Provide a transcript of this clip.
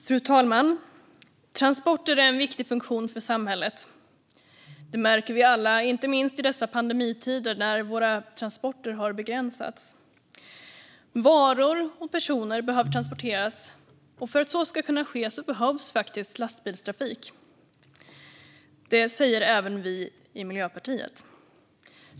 Fru talman! Transporter är en viktig funktion för samhället. Det märker vi alla, inte minst i dessa pandemitider när våra transporter har begränsats. Varor och personer behöver transporteras, och för att så ska kunna ske behövs faktiskt lastbilstrafik - det säger även vi i Miljöpartiet.